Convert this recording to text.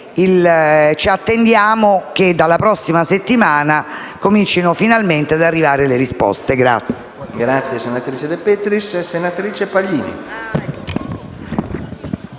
Ci attendiamo, quindi, che dalla prossima settimana comincino finalmente ad arrivare le risposte attese.